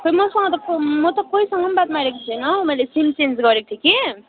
मसँग त को म त कोहीसँग पनि बात मारेको छुइनँ हौ मैले सिम चेन्ज गरेको थिएँ कि